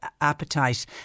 appetite